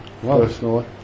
personally